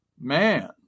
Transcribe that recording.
man